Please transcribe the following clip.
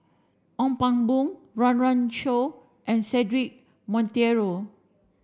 Ong Pang Boon Run Run Shaw and Cedric Monteiro